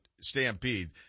Stampede